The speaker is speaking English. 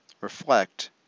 reflect